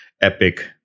epic